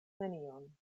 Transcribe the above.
nenion